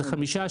זה חמישה,